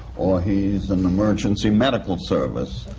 or he's an emergency medical service.